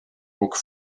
book